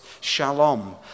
shalom